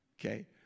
Okay